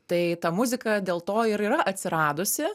tai ta muzika dėl to ir yra atsiradusi